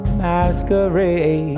masquerade